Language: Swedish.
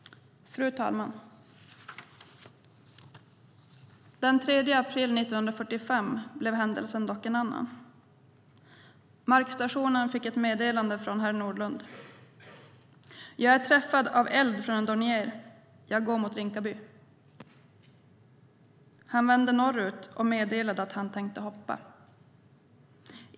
Fru talman! Den 3 april 1945 blev händelsen dock en annan. Markstationen fick ett meddelande från herr Nordlund: "Jag är träffad av eld från en Dornier. Jag går mot Rinkaby." Han vände norrut och meddelade att han tänkte hoppa.